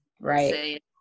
Right